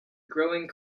growing